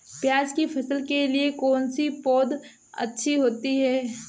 प्याज़ की फसल के लिए कौनसी पौद अच्छी होती है?